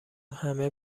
همه